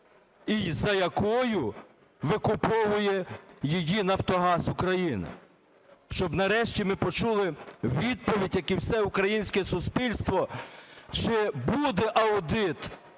за якою викуповує її Нафтогаз України? Щоб нарешті ми почули відповідь, як і все українське суспільство, чи буде аудит